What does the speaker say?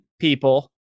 people